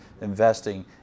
investing